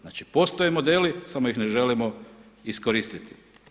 Znači postoje modeli samo ih ne želimo iskoristiti.